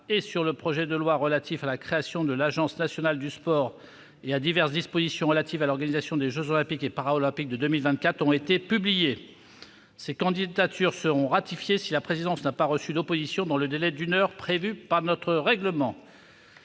et sur le projet de loi relatif à la création de l'Agence nationale du sport et à diverses dispositions relatives à l'organisation des jeux Olympiques et Paralympiques de 2024 ont été publiées. Ces candidatures seront ratifiées si la présidence n'a pas reçu d'opposition dans le délai d'une heure prévu par notre règlement.